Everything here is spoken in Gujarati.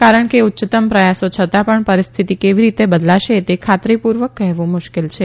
કારણ કે ઉચ્ચતમ પ્રથાસો છતા પણ પરીસ્થિતિ કેવી રીતે બદલાશે તે ખાતરી પુર્વક કહેવ્ મુશ્કેલ છે